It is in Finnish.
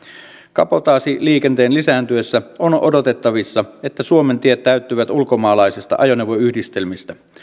kabotaasiliikenteen lisääntyessä on odotettavissa että suomen tiet täyttyvät ulkomaalaisista ajoneuvoyhdistelmistä